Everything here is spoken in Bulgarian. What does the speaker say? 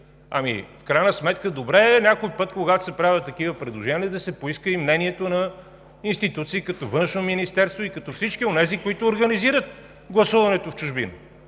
служби. Добре е някой път, когато се правят такива предложения, да се поиска и мнението на институции като Външно министерство и като всички онези, които организират гласуването в чужбина